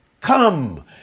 come